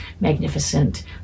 magnificent